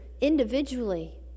individually